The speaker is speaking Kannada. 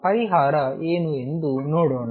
ಪರಿಹಾರ ಏನು ಎಂದು ನೋಡೋಣ